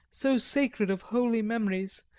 so sacred of holy memories,